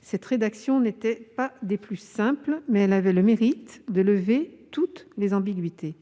Cette rédaction n'est pas des plus simples, mais elle a le mérite de lever toute ambiguïté.